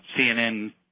CNN